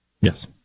Yes